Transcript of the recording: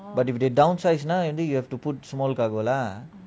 but if they downsized now only you have to put small cargo lah